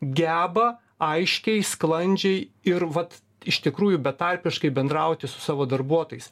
geba aiškiai sklandžiai ir vat iš tikrųjų betarpiškai bendrauti su savo darbuotojais